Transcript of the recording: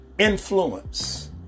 influence